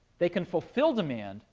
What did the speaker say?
they can fulfill demand,